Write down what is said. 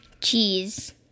Cheese